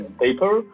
paper